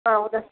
ಹಾಂ ಹೌದಾ